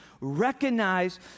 recognize